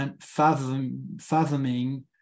fathoming